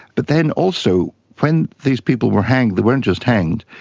but then also when these people were hanged, they weren't just hanged,